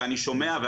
ואני שומע,